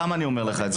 למה אני אומר לך את זה?